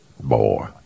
Boy